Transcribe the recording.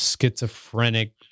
schizophrenic